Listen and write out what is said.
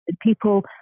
people